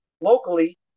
locally